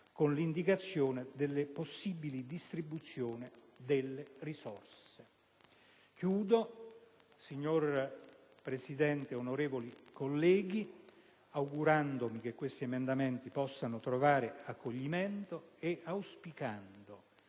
con l'indicazione delle possibili distribuzioni delle risorse. Chiudo, signor Presidente, onorevoli colleghi, augurandomi che questi emendamenti possano trovare accoglimento e auspicando